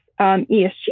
ESG